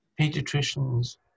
pediatricians